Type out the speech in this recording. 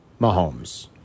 Mahomes